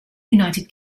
united